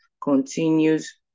continues